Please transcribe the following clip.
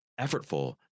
effortful